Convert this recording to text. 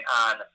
on